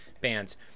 bands